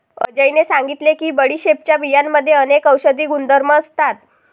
अजयने सांगितले की बडीशेपच्या बियांमध्ये अनेक औषधी गुणधर्म असतात